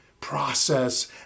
process